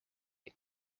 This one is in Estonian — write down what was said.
nii